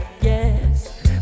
Yes